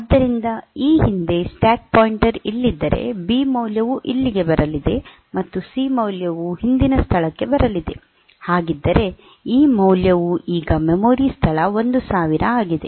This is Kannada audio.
ಆದ್ದರಿಂದ ಈ ಹಿಂದೆ ಸ್ಟ್ಯಾಕ್ ಪಾಯಿಂಟರ್ ಇಲ್ಲಿದ್ದರೆ ಬಿ ಮೌಲ್ಯವು ಇಲ್ಲಿಗೆ ಬರಲಿದೆ ಮತ್ತು ಸಿ ಮೌಲ್ಯವು ಹಿಂದಿನ ಸ್ಥಳಕ್ಕೆ ಬರಲಿದೆ ಹಾಗಿದ್ದರೆ ಈ ಮೌಲ್ಯವು ಈಗ ಮೆಮೊರಿ ಸ್ಥಳ 1000 ಆಗಿದೆ